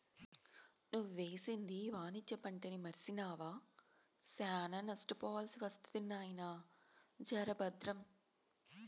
నువ్వేసింది వాణిజ్య పంటని మర్సినావా, శానా నష్టపోవాల్సి ఒస్తది నాయినా, జర బద్రం